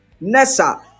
Nessa